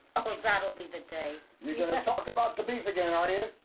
that'll be the day. you're gonna talk about the beef again, are you?